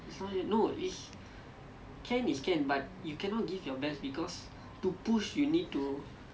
I really don't know how you with you shin splints sia I don't think I can